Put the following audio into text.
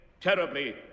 terribly